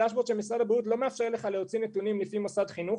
הדאשבורד של משרד הבריאות לא מאפשר לך להוציא נתונים לפי מוסד חינוך.